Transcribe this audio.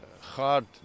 hard